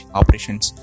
operations